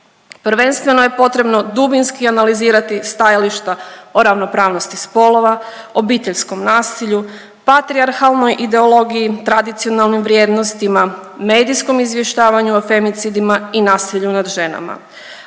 Prvenstveno je potrebno dubinski analizirati stajališta o ravnopravnosti spolova, obiteljskom nasilju, patrijarhalnoj ideologiji, tradicionalnim vrijednostima, medijskom izvještavanju o femicidima i nasilju nad ženama,